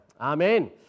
amen